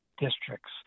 districts